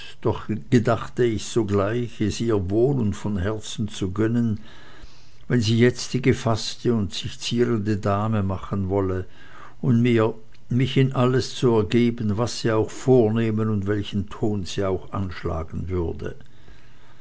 doch gedachte ich sogleich es ihr wohl und von herzen zu gönnen wenn sie jetzt die gefaßte und sich zierende dame machen wolle und mich in alles zu ergeben was sie auch vornehmen und welchen ton sie auch anschlagen würde